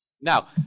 Now